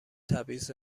تبعیض